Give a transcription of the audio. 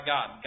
God